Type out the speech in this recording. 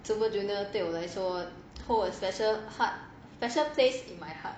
super junior 对我来说 hold a special part special place in my heart